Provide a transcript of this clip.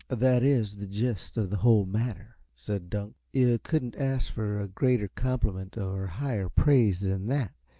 that is the gist of the whole matter, said dunk. you couldn't ask for a greater compliment, or higher praise, than that,